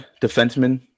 defenseman